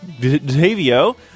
Davio